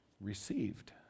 received